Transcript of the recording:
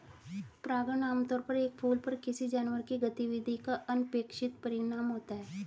परागण आमतौर पर एक फूल पर किसी जानवर की गतिविधि का अनपेक्षित परिणाम होता है